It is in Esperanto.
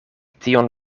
tion